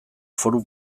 foru